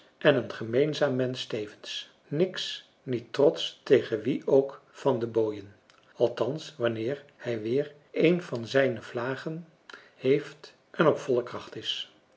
en een gemeenzaam mensch tevens niks niet trotsch tegen wie ook van de booien althans wanneer hij weer een van zijne vlagen heeft en op volle kracht is